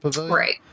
right